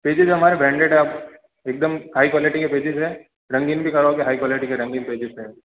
pages हमारे branded है आप एकदम हाई क्वालिटी के पेजेस हैं रंगीन भी करोगे हाई क्वालिटी की रंगीन पेजेस हैं